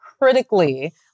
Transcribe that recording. critically